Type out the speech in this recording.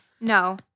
no